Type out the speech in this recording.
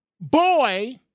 boy